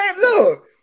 look